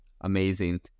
Amazing